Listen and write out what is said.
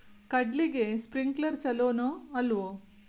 ಕಡ್ಲಿಗೆ ಸ್ಪ್ರಿಂಕ್ಲರ್ ಛಲೋನೋ ಅಲ್ವೋ?